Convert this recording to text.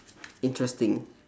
interesting